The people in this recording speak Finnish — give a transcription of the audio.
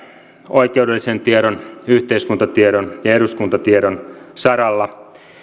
oikeudellisen tiedon yhteiskuntatiedon ja eduskuntatiedon saralla